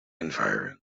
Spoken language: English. environs